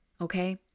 Okay